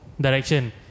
direction